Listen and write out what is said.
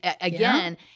Again